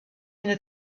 une